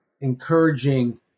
encouraging